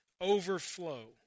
overflow